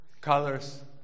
colors